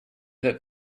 that